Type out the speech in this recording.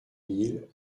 mille